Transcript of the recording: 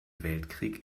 weltkrieg